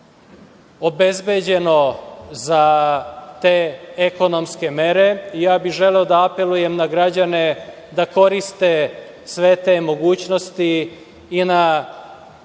obezbeđeno za te ekonomske mere. Želeo bih da apelujem na građane da koriste sve te mogućnosti i na